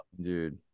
dude